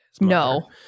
No